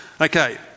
Okay